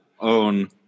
own